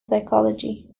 psychology